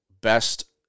Best